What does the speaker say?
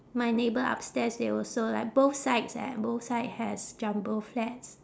my neighbour upstairs they also like both sides eh both side has jumbo flats